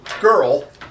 girl